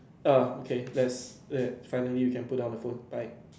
um okay let's there finally you can put down the phone bye